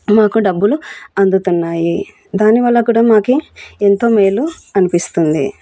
మాకు డబ్బులు అందుతున్నాయి దానివల్ల కూడా మాకు ఎంతో మేలు అనిపిస్తుంది